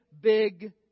big